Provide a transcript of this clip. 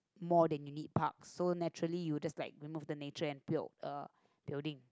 more than you need parks so naturally you just like remove the nature and build a building